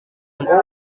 ngo